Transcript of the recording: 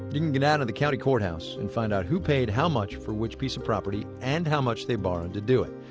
you can go down to and the county courthouse and find out who paid how much for which piece of property and how much they borrowed to do it.